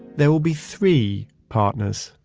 there will be three partners.